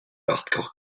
hardcore